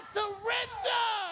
surrender